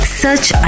search